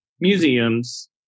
museums